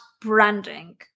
branding